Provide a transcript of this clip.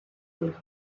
bull